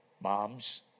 moms